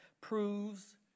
proves